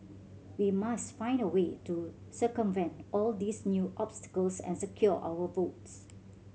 we must find a way to circumvent all these new obstacles and secure our votes